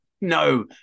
no